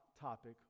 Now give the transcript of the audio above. topic